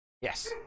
Yes